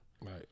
Right